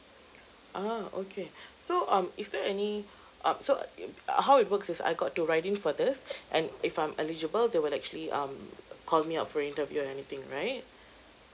ah okay so um is there any um so uh how it works is I got to write in for this and if I'm eligible they will actually um call me up for interview or anything right